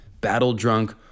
battle-drunk